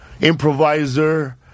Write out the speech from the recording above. improviser